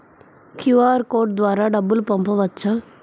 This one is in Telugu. క్యూ.అర్ కోడ్ ద్వారా డబ్బులు పంపవచ్చా?